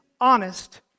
honest